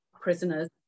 prisoners